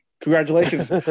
Congratulations